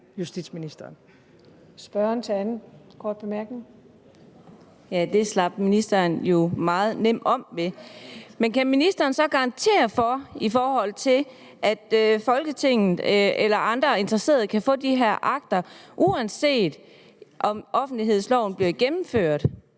Kl. 15:21 Karina Adsbøl (DF): Det slap ministeren jo meget nemt om ved. Men kan ministeren så garantere for, at Folketinget eller andre interesserede kan få de her akter, uanset om offentlighedsloven bliver gennemført?